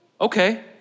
Okay